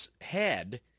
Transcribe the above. head